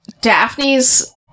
Daphne's